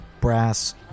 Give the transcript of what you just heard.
brass